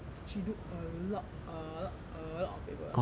she do a lot a lot a lot of paper